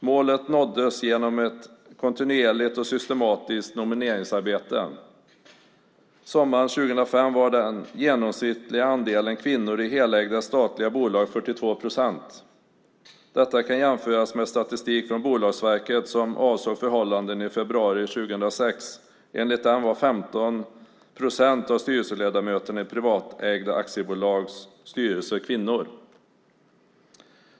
Målet nåddes genom ett kontinuerligt och systematiskt nomineringsarbete. Sommaren 2005 var den genomsnittliga andelen kvinnor i helägda statliga bolag 42 procent. Detta kan jämföras med statistik från Bolagsverket som avsåg förhållandena i februari 2006. Enligt den var 15 procent av styrelseledamöterna i privatägda aktiebolags styrelser kvinnor.